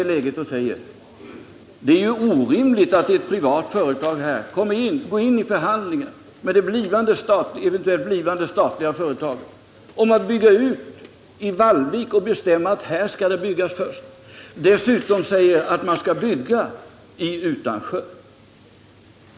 Enligt vår uppfattning var det orimligt att ett privat företag kunde gå in i förhandlingar med det eventuellt blivande statliga företaget om att bygga ut i Vallvik och bestämma att den första utbyggnaden skulle ske där, samtidigt som man dessutom omtalade att man skulle bygga i Utansjö.